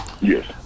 Yes